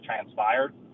transpired